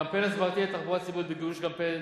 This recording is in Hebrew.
9. קמפיין הסברתי לתחבורה ציבורית: בגיבוש קמפיין,